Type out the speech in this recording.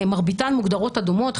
מרביתן מוגדרות אדומות,